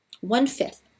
One-fifth